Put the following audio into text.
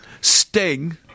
Sting